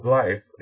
life